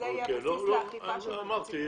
וזה יהיה הבסיס לאכיפה --- אמרתי.